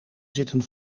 zitten